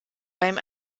beim